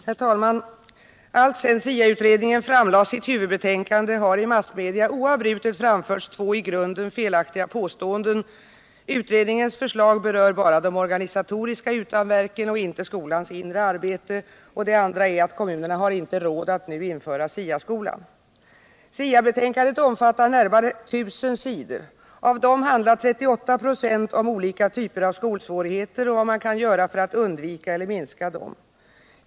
Herr talman! Alltsedan SIA-utredningen framlade sitt huvudbetänkande har i massmedia oavbrutet framförts två i grunden felaktiga påståenden. Det första är att utredningens förslag berör bara de organisatoriska utanverken av skolans inre arbete och det andra är att kommunerna inte har råd att nu införa SIA-skolan. SIA-betänkandet omfattar närmare 1 000 sidor. Av dem handlar 38 96 om olika typer av skolsvårigheter och vad man kan göra för att undvika eller minska dem.